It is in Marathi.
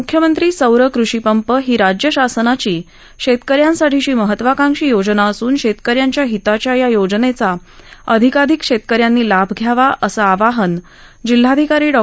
मुख्यमंत्री सौर कृषी पंप ही राज्य शासनाची शेतक यांसाठीची महत्वकांक्षी योजना असून शेतकऱ्यांच्या हिताच्या या योजनेचा अधिकाधिक शेतकऱ्यांनी लाभ घ्यावा असं आवाहन जिल्हाधिकारी डॉ